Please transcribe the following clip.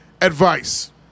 Advice